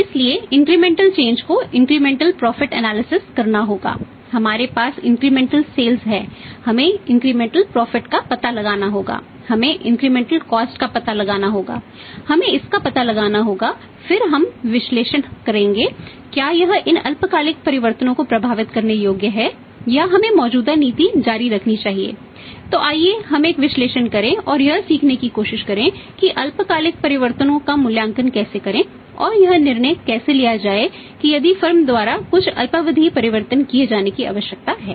इसलिए incremental change द्वारा कुछ अल्पावधि परिवर्तन किए जाने की आवश्यकता है